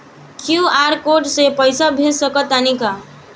QR code से पईसा भेज सक तानी का?